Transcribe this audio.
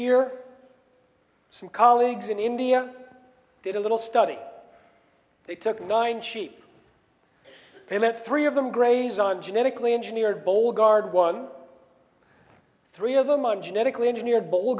year some colleagues in india did a little study they took nine sheep they went three of them graze on genetically engineered bowl guard one three of them on genetically engineered bu